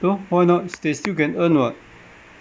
so why not they still can earn [what]